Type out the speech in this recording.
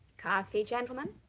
coffee, gentlemen?